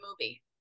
movie